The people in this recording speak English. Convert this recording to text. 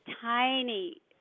tiny